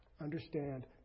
understand